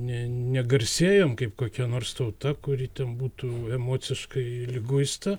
ne negarsėjom kaip kokia nors tauta kuri ten būtų emociškai liguista